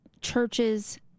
churches